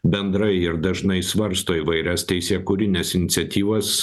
bendrai ir dažnai svarsto įvairias teisėkūrines iniciatyvas